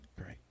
Great